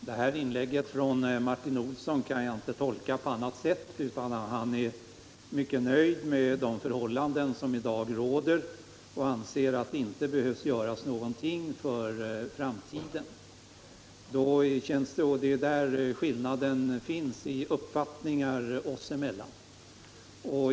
Herr talman! Det här inlägget från Martin Olsson kan jag inte tolka på annat sätt än att han är mycket nöjd med de förhållanden som i dag råder och anser att det inte behöver göras någonting för framtiden. Det är där skillnaden finns i uppfattningar oss emellan.